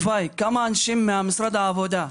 אנשים ממשרד העבודה,